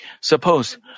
Suppose